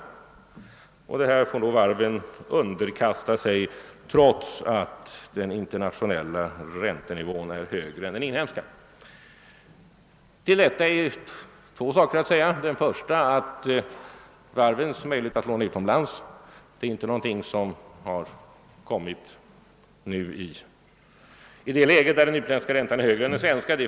Detta skulle varven få lov att underkasta sig trots att den internationella räntenivån är högre än den inhemska. Till detta är två saker att säga. Den första är varvens möjligheter att låna utomlands. Detta är inte något som uppstått i ett läge där den utländska räntan är högre än den svenska.